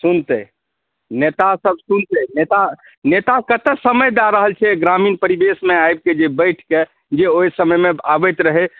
सुनतै नेता सभ सुनतै नेता कतऽ समय दय रहल छै ग्रामीण परिवेशमे जे आबिके बैठके जे ओहि समयमे आबैत रहै